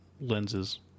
lenses